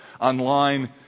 online